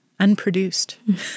Unproduced